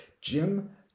Jim